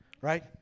Right